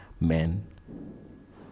men